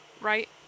right